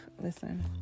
listen